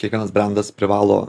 kiekvienas brendas privalo